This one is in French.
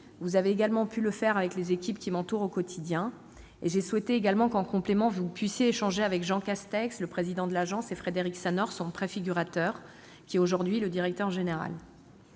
Vous avez également pu le faire avec les équipes qui m'entourent au quotidien. J'ai également souhaité que vous puissiez échanger avec Jean Castex, le président de l'Agence, et Frédéric Sanaur, son préfigurateur puis directeur général.